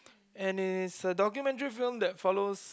and is a documentary film that follows